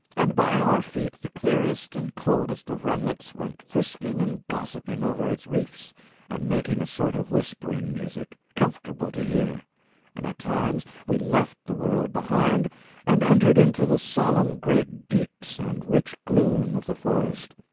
and by our feet the clearest and coldest of runlets went frisking and gossiping over its reefs and making a sort of whispering music, comfortable to hear and at times we left the world behind and entered into the solemn great deeps and rich gloom of the forest,